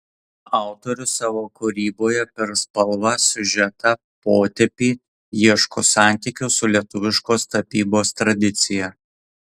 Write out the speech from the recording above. autorius savo kūryboje per spalvą siužetą potėpį ieško santykio su lietuviškos tapybos tradicija